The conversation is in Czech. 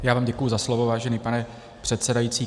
Já vám děkuji za slovo, vážený pane předsedající.